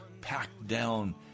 packed-down